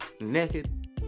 naked